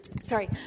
sorry